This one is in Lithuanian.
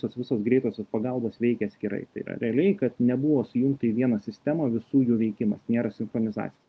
tos visos greitosios pagalbos veikė atskirai tai yra realiai kad nebuvo sujungta į vieną sistemą visų jų veikimas nėra sinchronizacijos